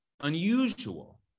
unusual